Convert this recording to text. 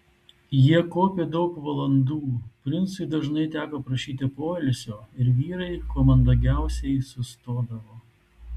jie kopė daug valandų princui dažnai teko prašyti poilsio ir vyrai kuo mandagiausiai sustodavo